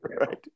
right